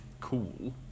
cool